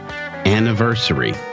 anniversary